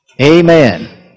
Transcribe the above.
Amen